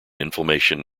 inflammation